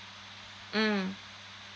mm